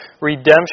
redemption